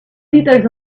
liters